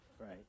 right